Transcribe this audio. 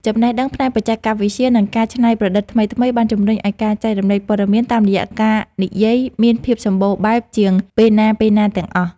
ចំណេះដឹងផ្នែកបច្ចេកវិទ្យា និងការច្នៃប្រឌិតថ្មីៗបានជំរុញឱ្យការចែករំលែកព័ត៌មានតាមរយៈការនិយាយមានភាពសម្បូរបែបជាងពេលណាៗទាំងអស់។